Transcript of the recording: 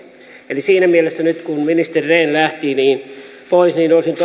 eli siinä mielessä nyt kun ministeri rehn lähti pois olisin toivonut että